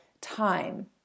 time